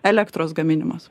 elektros gaminimas